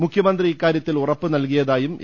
മുഖ്യ മന്ത്രി ഇക്കാരൃത്തിൽ ഉറപ്പ് നൽകിയതായും എ